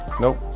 Nope